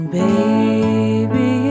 baby